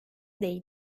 değil